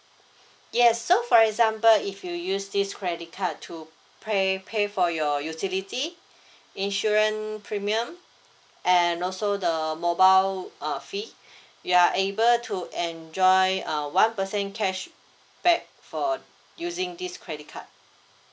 yes so for example if you use this credit card to pay pay for your utility insurance premium and also the mobile uh fee you are able to enjoy uh one percent cashback for using this credit card